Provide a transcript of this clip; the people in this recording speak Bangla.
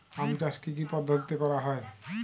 আম চাষ কি কি পদ্ধতিতে করা হয়?